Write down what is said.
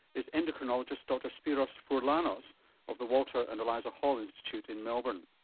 is endocrinologist dr spiros fourlanos of the walter and eliza hall institute in melbourne.